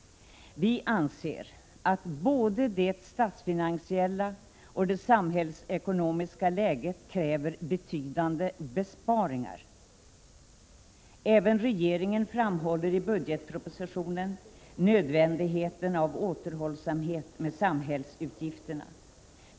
Vi anser att både det statsfinansiella och det samhällsekonomiska läget kräver betydande besparingar. Även regeringen framhåller i budgetpropositionen nödvändigheten av återhållsamhet med samhällsutgifter.